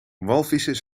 walvissen